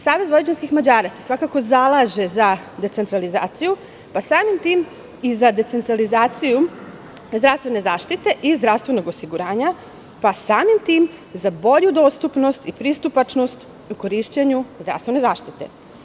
Savez vojvođanskih Mađara se svakako zalaže za decentralizaciju, pa samim tim i za decentralizaciju zdravstvene zaštite i zdravstvenog osiguranja, pa samim tim za bolju dostupnost i pristupačnost u korišćenju zdravstvene zaštite.